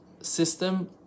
system